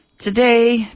Today